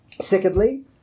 secondly